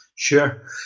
Sure